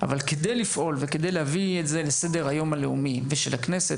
אבל כדי לפעול וכדי להביא את זה לסדר היום הלאומי ושל הכנסת,